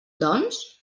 doncs